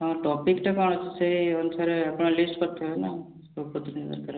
ହଁ ଟପିକ୍ଟା କ'ଣ ସେଇ ଅନୁସାରେ ଆପଣ ଲିଷ୍ଟ୍ କରିଥିବେ ନା